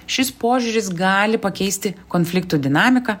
šis požiūris gali pakeisti konfliktų dinamiką